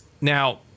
Now